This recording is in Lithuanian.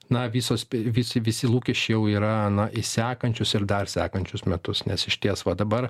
na visos visi visi lūkesčiai jau yra na į sekančius ir dar sekančius metus nes išties va dabar